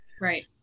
Right